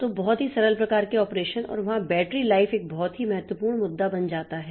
तो बहुत ही सरल प्रकार के ऑपरेशन और वहाँ बैटरी लाइफ एक बहुत ही महत्वपूर्ण मुद्दा बन जाता है